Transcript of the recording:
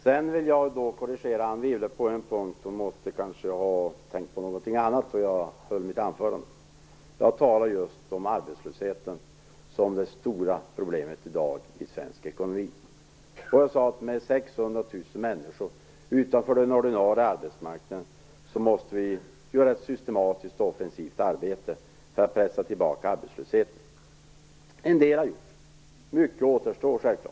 Jag vill korrigera Anne Wibble på en punkt. Anne Wibble kanske tänkte på något annat när jag höll mitt anförande. Jag talade om just arbetslösheten som det stora problemet i svensk ekonomi i dag. Jag sade att med 600 000 människor utanför den ordinarie arbetsmarknaden måste vi arbeta systematiskt och offensivt för att pressa tillbaka arbetslösheten. En del har gjorts. Mycket återstår naturligtvis.